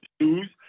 shoes